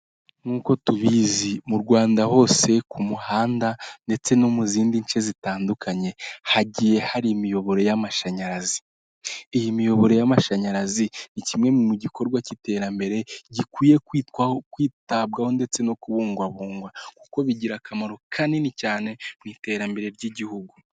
Nk'uko tubizi mu Rwanda hose ku muhanda ndetse no mu zindi nce zitandukanye, hagiye hari imiyoboro y'amashanyarazi. Iyi miyoboro y'amashanyarazi ni kimwe mu gikorwa cy'iterambere gikwiye kwitwaho kwitabwaho ndetse no kubungwabungwa, kuko bigira akamaro kanini cyane mu iterambere ry'igihugu.